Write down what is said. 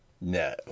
No